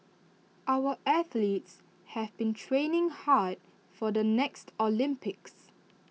our athletes have been training hard for the next Olympics